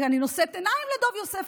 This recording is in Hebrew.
כי אני נושאת עיניים לדב יוסף.